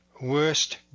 worst